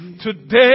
today